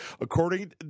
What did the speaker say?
According